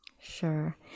Sure